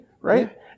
right